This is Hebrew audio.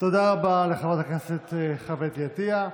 תודה רבה לחברת הכנסת חוה אתי עטייה.